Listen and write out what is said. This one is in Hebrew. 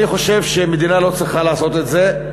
אני חושב שהמדינה לא צריכה לעשות את זה.